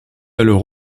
alors